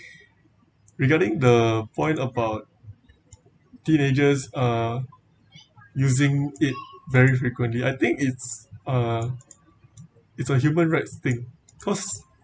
regarding the point about teenagers uh using it very frequently I think it's uh it's a human rights thing cause